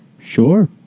Sure